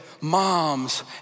moms